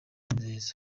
neza